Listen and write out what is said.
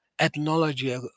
ethnology